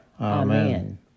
Amen